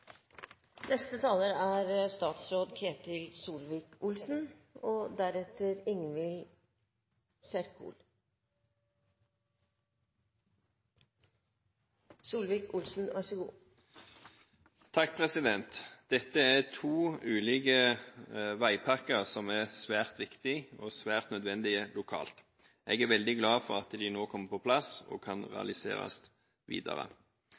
og kollektivtiltak. Dette er to ulike veipakker som er svært viktige og svært nødvendige lokalt. Jeg er veldig glad for at de nå kommer på plass og kan realiseres videre.